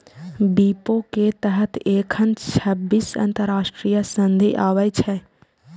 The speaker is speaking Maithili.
विपो के तहत एखन छब्बीस अंतरराष्ट्रीय संधि आबै छै